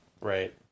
right